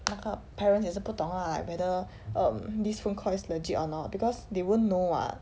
那个 parents 也是不懂 lah like whether um this phone call is legit or not because they won't know [what]